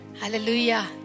hallelujah